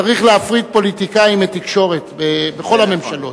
צריך להפריד פוליטיקאים מתקשורת בכל הממשלות.